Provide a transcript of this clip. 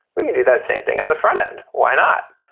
we can do that same thing on the front-end. why not?